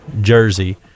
jersey